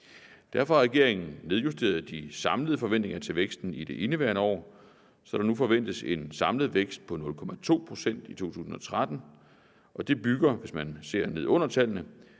Derfor har regeringen nedjusteret de samlede forventninger til væksten i indeværende år, så der nu forventes en samlet vækst på 0,2 pct. i 2013. Det bygger, hvis man ser ned under tallene,